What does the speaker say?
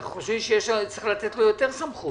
אנחנו חושבים שצריך לתת לו יותר סמכות.